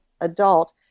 adult